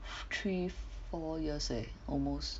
three four years eh almost